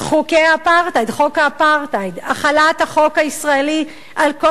חוקי האפרטהייד החלת החוק הישראלי על כל